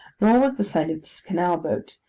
nor was the sight of this canal boat,